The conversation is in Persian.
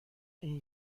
این